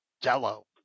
Jello